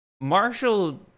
Marshall